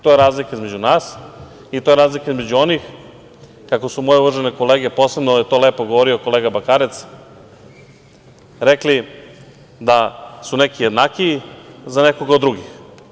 To je razlika između nas i to je razlika između onih, kako su moje uvažene kolege, posebno je to lepo govorio kolega Bakarec, rekli da su neki jednakiji za nekoga od drugih.